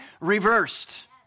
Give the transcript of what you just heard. reversed